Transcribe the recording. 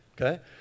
okay